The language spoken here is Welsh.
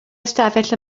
ystafell